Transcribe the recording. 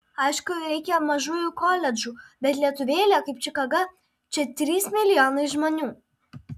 aišku reikia mažųjų koledžų bet lietuvėlė kaip čikaga čia trys milijonai žmonių